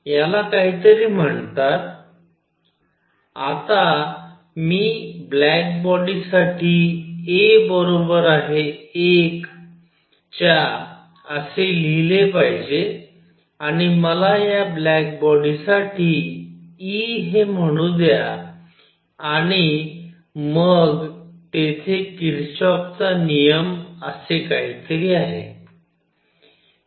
याला काहीतरी म्हणतात आता मी ब्लॅक बॉडीसाठी a बरोबर आहे 1 च्या असे लिहिले पाहिजे आणि मला या ब्लॅक बॉडीसाठी E हे म्हणू द्या आणि मग तेथे किरचॉफचा नियम असे काहीतरी आहे